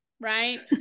right